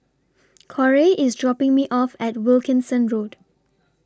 Corey IS dropping Me off At Wilkinson Road